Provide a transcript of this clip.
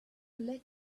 let